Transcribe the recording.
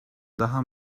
daha